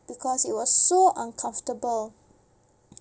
because it was so uncomfortable